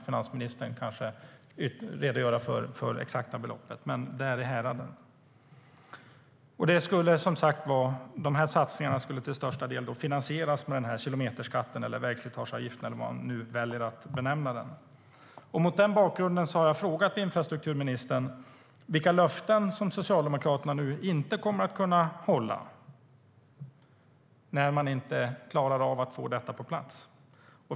Finansministern kanske kan redogöra för det exakta beloppet, men det var i det häradet. De här satsningarna skulle som sagt till största delen finansieras med kilometerskatten eller vägslitageavgiften eller hur man nu väljer att benämna den. Mot den bakgrunden har jag frågat infrastrukturministern vilka löften som Socialdemokraterna inte kommer att kunna hålla när man inte klarar av att få detta på plats.